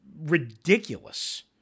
ridiculous